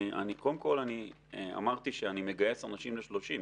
קודם כול אני אמרתי שאני מגייס אנשים ל-30,